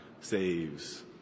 saves